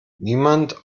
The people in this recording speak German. niemand